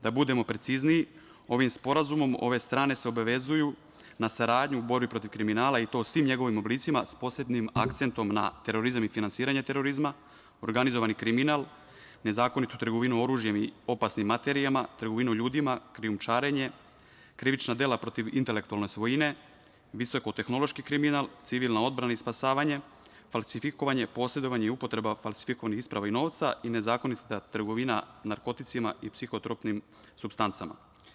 Da budemo precizniji, ovim sporazumom ove strane se obavezuju na saradnju u borbi protiv kriminala i to u svim njegovim oblicima, sa posebnim akcentom na terorizam i finansiranje terorizma, organizovani kriminal, nezakonitu trgovinu oružjem i opasnim materijama, trgovinu ljudima, krijumčarenje, krivična dela protiv intelektualne svojine, visokotehnološki kriminal, civilna odbrana i spasavanje, falsifikovanje, posedovanje i upotreba falsifikovanih isprava i novca i nezakonita trgovina narkoticima i psihotropnim supstancama.